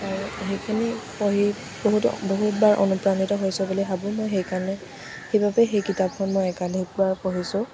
আৰু সেইখিনি পঢ়ি বহুতবাৰ অনুপ্ৰাণিত হৈছোঁ বুলি ভাবোঁ মই সেইকাৰণে সেইবাবেই সেই কিতাপখন মই একাধিকবাৰ পঢ়িছোঁ